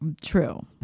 True